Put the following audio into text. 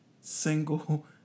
single